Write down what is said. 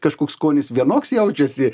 kažkoks skonis vienoks jaučiasi